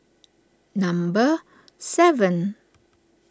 number seven